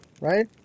right